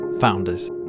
founders